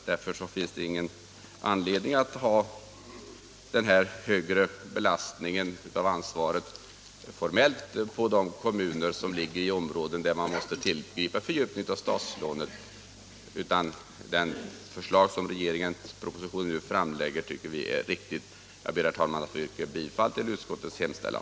Därför finns det ingen anledning att ha högre belastning av ansvaret formellt på de kommuner som ligger i områden där man måste tillgripa fördjupning av statslånet. Det förslag som regeringen nu framlägger i propositionen tycker vi är riktigt. Jag ber, herr talman, att få yrka bifall till utskottets hemställan.